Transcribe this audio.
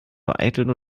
vereiteln